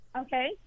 Okay